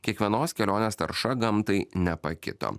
kiekvienos kelionės tarša gamtai nepakito